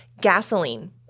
Gasoline